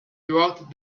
throughout